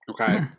Okay